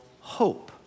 hope